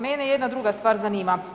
Mene jedna druga stvar zanima.